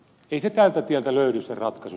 ei se tältä tieltä löydy se ratkaisu